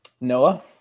Noah